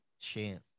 chance